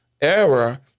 error